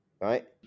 right